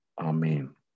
Amen